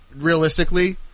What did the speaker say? Realistically